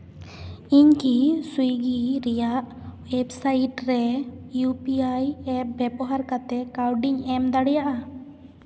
ᱤᱧ ᱠᱤ ᱥᱩᱭᱜᱤ ᱨᱮᱭᱟᱜ ᱳᱭᱮᱵᱽᱥᱟᱭᱤᱴ ᱨᱮ ᱤᱭᱩ ᱯᱤ ᱟᱭ ᱮᱯ ᱵᱮᱵᱚᱦᱟᱨ ᱠᱟᱛᱮᱫ ᱠᱟᱹᱣᱰᱤᱧ ᱮᱢ ᱫᱟᱲᱮᱭᱟᱜᱼᱟ